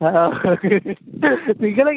ആ ആ നിങ്ങള്